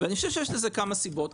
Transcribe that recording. ואני חושב שיש לזה כמה סיבות.